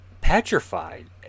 petrified